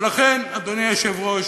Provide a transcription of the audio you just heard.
ולכן, אדוני היושב-ראש,